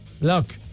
Look